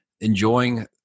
enjoying